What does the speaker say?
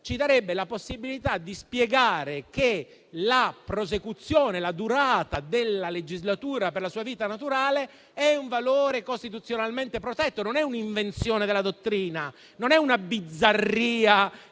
ci darebbe la possibilità di spiegare che la prosecuzione e la durata della legislatura per la sua vita naturale è un valore costituzionalmente protetto, non è un'invenzione della dottrina, non è una bizzarria